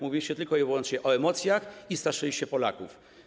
Mówiliście tylko i wyłącznie o emocjach i straszyliście Polaków.